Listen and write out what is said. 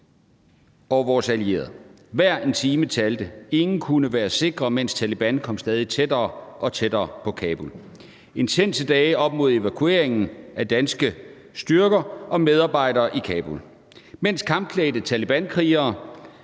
og vores allierede. Hver en time talte. Ingen kunne være sikre, mens Taleban kom stadig tættere og tættere på Kabul. Det var intense dage op mod evakueringen af danske styrker og medarbejdere i Kabul. Mens kampklædte talebankrigere